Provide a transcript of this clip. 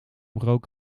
rook